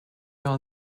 all